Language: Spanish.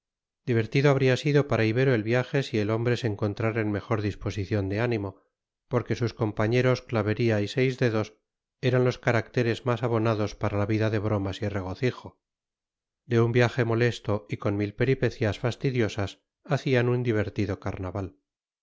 divertido habría sido para ibero el viaje si el hombre se encontrara en mejor disposición de ánimo porque sus compañeros clavería y seisdedos eran los caracteres más abonados para la vida de bromas y regocijo de un viaje molesto y con mil peripecias fastidiosas hacían un divertido carnaval